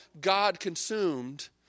God-consumed